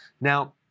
Now